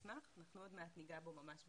אנחנו עוד מעט ניגע בו ממש בקצרה,